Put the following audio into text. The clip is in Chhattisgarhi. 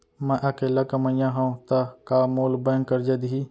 मैं अकेल्ला कमईया हव त का मोल बैंक करजा दिही?